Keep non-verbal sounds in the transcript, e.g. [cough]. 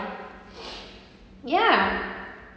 [breath] ya